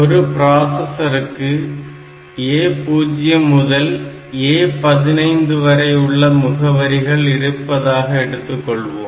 ஒரு பிராசஸருக்கு A0 முதல் A15 வரையுள்ள முகவரிகள் கிடைப்பதாக எடுத்துக்கொள்வோம்